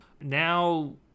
Now